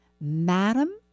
Madam